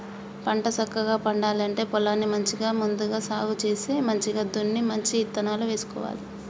పంట సక్కగా పండాలి అంటే పొలాన్ని మంచిగా ముందుగా సాగు చేసి మంచిగ దున్ని మంచి ఇత్తనాలు వేసుకోవాలి